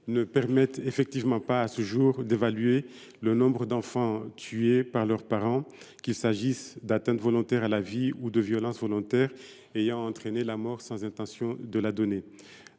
ne permettent pas, à ce jour, d’évaluer le nombre d’enfants tués par leurs parents, qu’il s’agisse d’atteintes volontaires à la vie ou de violences volontaires ayant entraîné la mort sans intention de la donner.